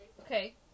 Okay